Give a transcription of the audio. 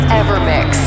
evermix